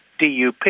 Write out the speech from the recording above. DUP